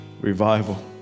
revival